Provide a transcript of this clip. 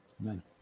Amen